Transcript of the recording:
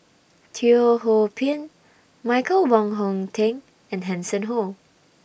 Teo Ho Pin Michael Wong Hong Teng and Hanson Ho